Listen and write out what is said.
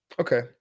Okay